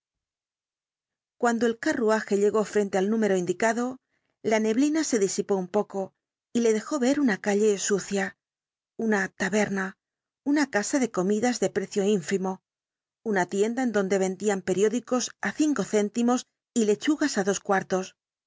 cuando el carruaje llegó frente al número indicado la neblina se disipó un poco y le dejó ver una calle sucia una taberna una casa de comidas de precio ínfimo una tienda en donde vendían periódicos á cinco céntimos y lechugas á dos cuartos